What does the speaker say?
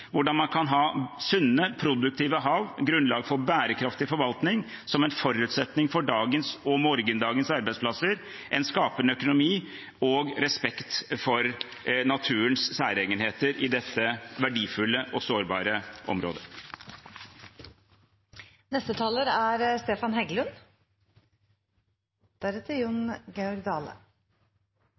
hvordan man kan ha sunne produktive hav, et grunnlag for bærekraftig forvaltning, som en forutsetning for dagens og morgendagens arbeidsplasser, en skapende økonomi og respekt for naturens særegenheter i dette verdifulle og sårbare området. I dag er